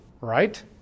right